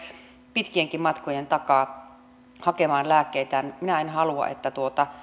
pitkienkin matkojen takaa hakemaan lääkkeitään ja minä en halua että